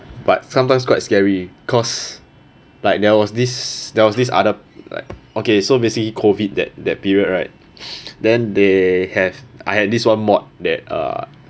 but sometimes quite scary cause like there was this there was this other like okay so basically COVID that that period right then they have I had this one mod that uh